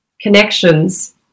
connections